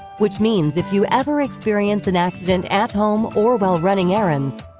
which means if you ever experience an accident at home or while running errands,